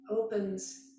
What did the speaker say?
opens